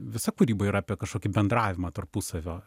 visa kūryba yra apie kažkokį bendravimą tarpusavio